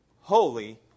holy